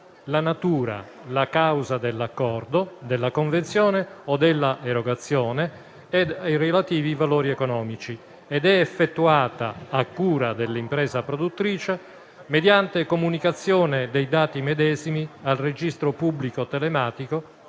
la natura, la causa dell'accordo, della convenzione o dell'erogazione e i relativi valori economici ed è effettuata a cura dell'impresa produttrice, mediante comunicazione dei dati medesimi al registro pubblico telematico